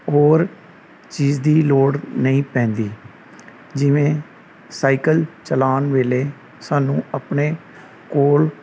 ਹੋਰ ਚੀਜ਼ ਦੀ ਲੋੜ ਨਹੀਂ ਪੈਂਦੀ ਜਿਵੇਂ ਸਾਈਕਲ ਚਲਾਉਣ ਵੇਲੇ ਸਾਨੂੰ ਆਪਣੇ ਕੋਲ